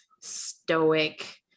stoic